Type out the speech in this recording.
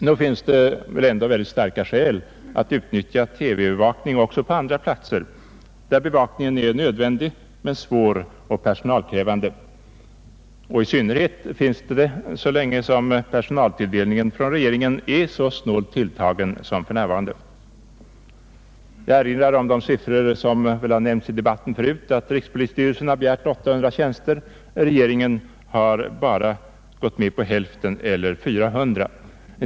Nog finns det väl ändå mycket starka skäl att utnyttja TV-övervakning också på andra platser där bevakningen är nödvändig men svår och personalkrävande, i synnerhet så länge som personaltilldelningen från regeringens sida är så snålt tilltagen som för närvarande. Jag erinrar om de siffror som redan nämnts i debatten. Rikspolisstyrelsen har begärt 800 tjänster, regeringen har gått med på hälften, eller 400.